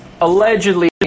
allegedly